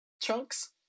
chunks